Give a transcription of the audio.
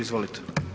Izvolite.